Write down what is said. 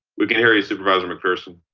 we can hear you supervisor macpherson